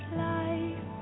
life